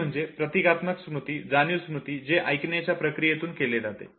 ते म्हणजे प्रतिमात्मक स्मृती जाणीव स्मृती जे ऐकण्याच्या प्रक्रियेतून केले जाते